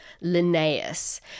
Linnaeus